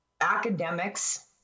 academics